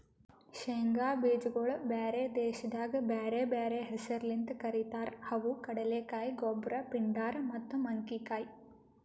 ಶೇಂಗಾ ಬೀಜಗೊಳ್ ಬ್ಯಾರೆ ದೇಶದಾಗ್ ಬ್ಯಾರೆ ಬ್ಯಾರೆ ಹೆಸರ್ಲಿಂತ್ ಕರಿತಾರ್ ಅವು ಕಡಲೆಕಾಯಿ, ಗೊಬ್ರ, ಪಿಂಡಾರ್ ಮತ್ತ ಮಂಕಿಕಾಯಿ